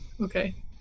Okay